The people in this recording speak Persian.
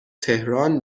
تهران